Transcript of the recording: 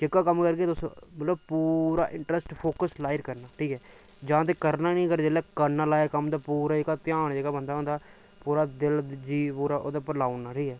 जेह्का कम्म करगे तुस पूरा इंट्रस्ट फोकस लाइयै करना जां ते करना नीं ते अगर करना ते पूरा जेह्का ध्यान मतलव दिल जी पूरा ओह्दे उप्पर लाई ओड़ना ठीक ऐ